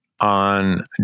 on